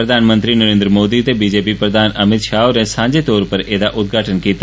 प्रधानमंत्री नरेन्द्र मोदी ते बीजेपी प्रधान अमित शाह होरें सांझै तौर उप्पर एहदा उद्घाटन कीता